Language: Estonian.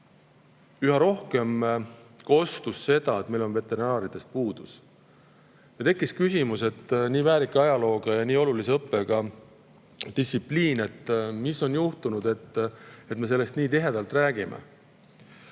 üha rohkem kõlanud seda, et meil on veterinaaridest puudus. Tekkis küsimus, mis on nii väärika ajalooga ja nii olulise õppega distsipliiniga juhtunud, et me sellest nii tihedasti räägime. Kui